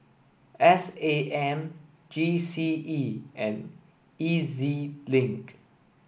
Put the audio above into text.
S A M G C E and E Z Link